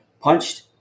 punched